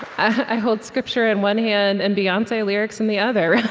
i hold scripture in one hand and beyonce lyrics in the other,